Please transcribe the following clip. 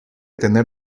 tener